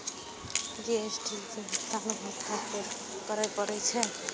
GST के भुगतान उपभोक्ता कें करय पड़ै छै